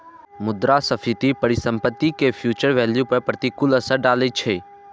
मुद्रास्फीति परिसंपत्ति के फ्यूचर वैल्यू पर प्रतिकूल असर डालै छै